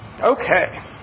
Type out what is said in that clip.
Okay